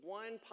one